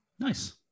Nice